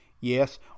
Yes